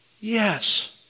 yes